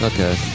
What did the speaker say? Okay